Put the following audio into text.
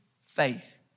faith